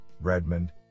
Redmond